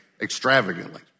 Extravagantly